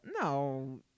No